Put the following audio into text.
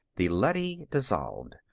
the leady dissolved.